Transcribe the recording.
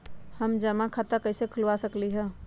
हम जमा खाता कइसे खुलवा सकली ह?